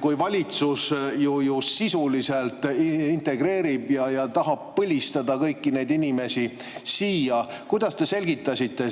kui valitsus ju sisuliselt integreerib ja tahab põlistada kõiki neid inimesi siia, kuidas te selgitasite